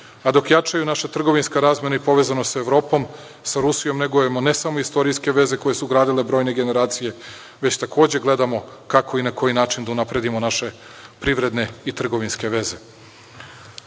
a dok jačaju naša trgovinska razmena i povezanost sa Evropom, sa Rusijom negujemo ne samo istorijske veze koje su gradile brojne generacije, već takođe gledamo kako i na koji način da unapredimo naše privredne i trgovinske veze.